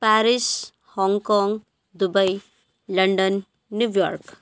Paris Hong Kong Dubai London New York